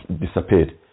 disappeared